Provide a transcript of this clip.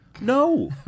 No